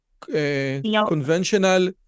conventional